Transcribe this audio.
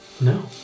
No